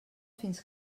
fins